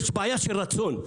יש בעיה של רצון.